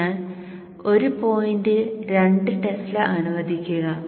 അതിനാൽ ഒരു പോയിന്റിൽ രണ്ട് ടെസ്ല അനുവദിക്കുക